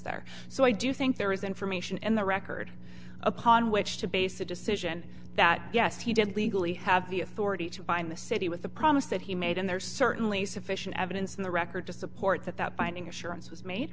there so i do think there is information in the record upon which to base a decision that yes he did legally have the authority to bind the city with the promise that he made and there's certainly sufficient evidence in the record to support that that binding assurance was made